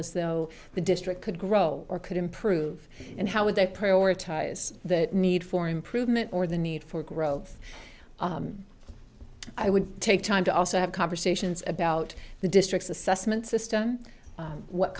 as though the district could grow or could improve and how would they prioritize the need for improvement or the need for growth i would take time to also have conversations about the district's assessment system what